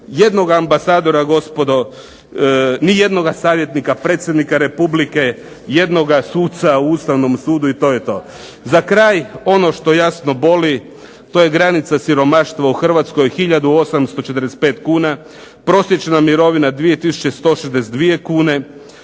jednog ambasadora, nijednog savjetnika, predsjednika Republike, jednoga suca u Ustavnom sudu i to je to. Za kraj ono što jasno boli to je granica siromaštva u Hrvatskoj. Hiljadu 845 kuna, prosječna mirovina 2 tisuće